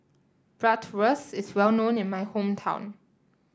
bratwurst is well known in my hometown